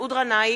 מסעוד גנאים,